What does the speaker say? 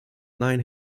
nine